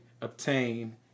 obtain